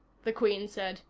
the queen said.